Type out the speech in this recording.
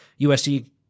USC